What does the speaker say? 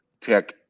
tech